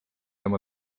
oma